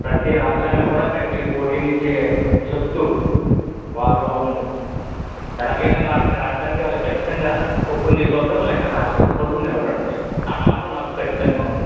ప్రతి రాష్ట్రానికి కూడా గట్టి పోటినిచ్చే సత్తు వాళ్ళల్లో ఉంది ఎలాగైనా మా యొక్క రాష్ట్రానికి వాళ్ళు ఖచ్చితంగా కప్పును తీసుకొస్తారు మా యొక్క రాష్ట్ర పరువును నిలబెడతారు ఆ నమ్మకం నాకు ఖచ్చితంగా ఉంది